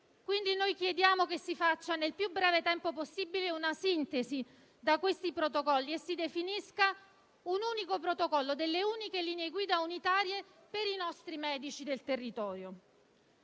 Chiediamo quindi che si faccia, nel più breve tempo possibile, una sintesi di questi protocolli e si definisca un unico protocollo e linee guida unitarie per i nostri medici del territorio.